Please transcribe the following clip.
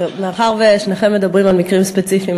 מאחר ששניכם מדברים על מקרים ספציפיים,